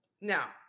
Now